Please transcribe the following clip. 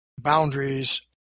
boundaries